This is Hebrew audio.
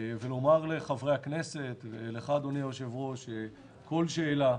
כל שאלה,